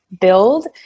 build